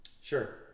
Sure